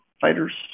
fighters